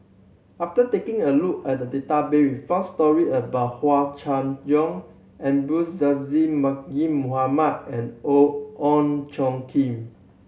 after taking a look at database we found story about Hua Chai Yong Abdul Aziz Mohamed and O Ong Kim